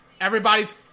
Everybody's